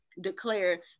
declare